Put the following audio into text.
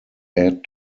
add